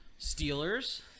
Steelers